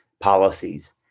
policies